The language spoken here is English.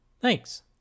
Thanks